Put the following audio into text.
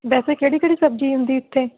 ਵੈਸੇ ਕਿਹੜੀ ਕਿਹੜੀ ਸਬਜ਼ੀ ਹੁੰਦੀ ਇੱਥੇ